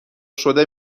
شده